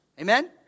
Amen